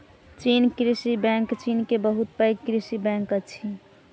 चीन कृषि बैंक चीन के बहुत पैघ कृषि बैंक अछि